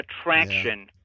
attraction